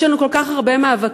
יש לנו כל כך הרבה מאבקים,